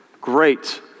great